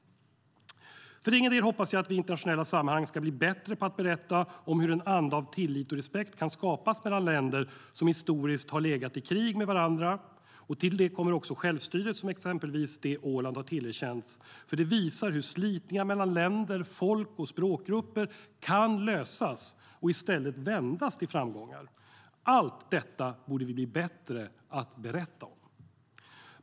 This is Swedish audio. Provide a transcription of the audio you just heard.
För egen del hoppas jag att vi i internationella sammanhang ska bli bättre på att berätta om hur en anda av tillit och respekt kan skapas mellan länder som historiskt har legat i krig med varandra. Till detta kommer också att självstyret - som exempelvis Åland har tillerkänts - visar hur slitningar mellan länder, mellan folk och språkgrupper kan lösas och i stället vändas till framgångar. Allt detta borde vi bli bättre på att berätta om.